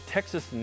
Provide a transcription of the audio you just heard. Texas